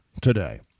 today